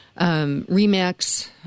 REMAX